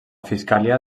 fiscalia